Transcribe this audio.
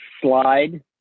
Slide